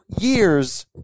years